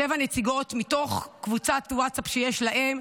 עלו שבע נציגות מתוך קבוצת ווטסאפ שיש להן,